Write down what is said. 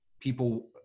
people